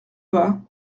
pas